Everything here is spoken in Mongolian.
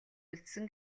үлдсэн